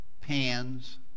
pans